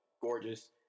gorgeous